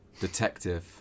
detective